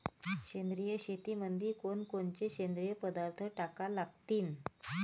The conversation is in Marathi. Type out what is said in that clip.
सेंद्रिय शेतीमंदी कोनकोनचे सेंद्रिय पदार्थ टाका लागतीन?